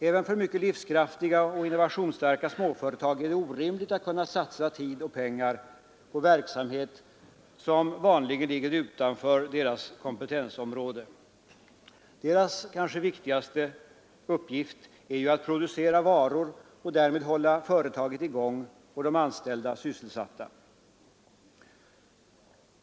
Även för mycket livskraftiga och innovationsstarka småföretag är det orimligt att satsa tid och pengar på verksamhet som ligger utanför deras vanliga kompetensområde. Deras kanske viktigaste uppgift är ju att producera varor och därmed hålla verksamheten i gång och de anställda sysselsatta.